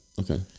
okay